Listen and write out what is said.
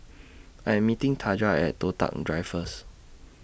I Am meeting Taja At Toh Tuck Drive First